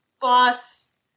boss